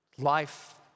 life